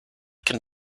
can